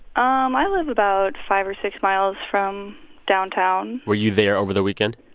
um i live about five or six miles from downtown were you there over the weekend?